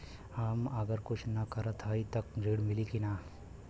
हम अगर कुछ न करत हई त ऋण मिली कि ना?